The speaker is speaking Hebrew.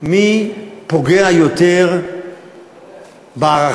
מי פוגע יותר בערכים,